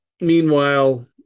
Meanwhile